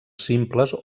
simples